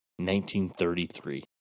1933